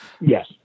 Yes